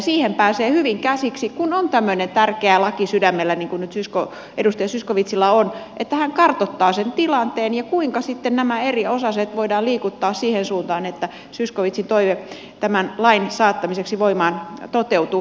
siihen pääsee hyvin käsiksi kun on tämmöinen tärkeä laki sydämellä niin kuin nyt edustaja zyskowiczilla on kun hän kartoittaa sen tilanteen ja kuinka sitten nämä eri osaset voidaan liikuttaa siihen suuntaan että zyskowiczin toive tämän lain saattamiseksi voimaan toteutuu